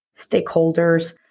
stakeholders